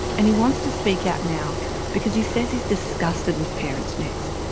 and he wants to speak out now because he says he is disgusted with parents next,